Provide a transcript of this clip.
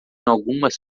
algumas